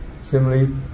Similarly